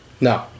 No